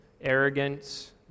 arrogance